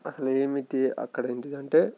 అసలు ఏమిటి అక్కడ ఏంటిదంటే